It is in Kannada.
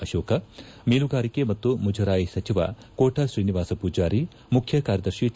ಅಶೋಕ್ ಮೀನುಗಾರಿಕೆ ಮತ್ತು ಮುಜರಾಯಿ ಸಚಿವ ಕೋಟ ಶ್ರೀನಿವಾಸ ಪೂಜಾರಿ ಮುಖ್ಯ ಕಾರ್ಯದರ್ಶಿ ಟ